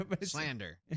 Slander